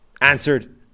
Answered